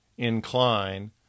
incline